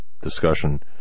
discussion